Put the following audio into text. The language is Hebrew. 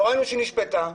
לא ראינו שהיא נשפטה,